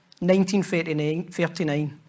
1939